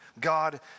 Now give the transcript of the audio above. God